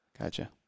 Gotcha